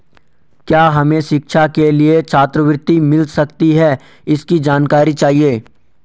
क्या हमें शिक्षा के लिए छात्रवृत्ति मिल सकती है इसकी जानकारी चाहिए?